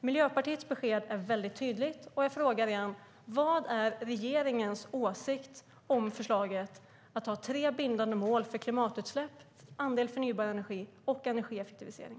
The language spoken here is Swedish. Miljöpartiets besked är väldigt tydligt. Jag frågar igen: Vad är regeringens åsikt om förslaget att ha tre bindande mål för klimatutsläpp, andel förnybar energi och energieffektivisering?